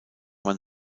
man